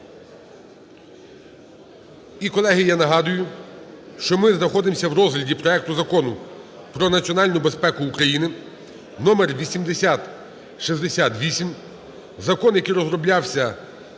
І, колеги, я нагадую, що ми знаходимось в розгляді проекту Закону про національну безпеку України (№ 8068). Закон, який розроблявся